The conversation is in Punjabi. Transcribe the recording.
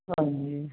ਹਾਂਜੀ